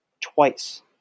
twice